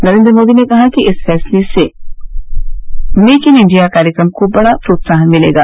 नरेन्द्र मोदी ने कहा कि इस फैसले से मेक इन इंडिया कार्यक्रम को बड़ा प्रोत्साहन मिलेगा